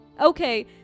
Okay